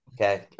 Okay